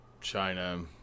China